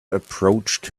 approached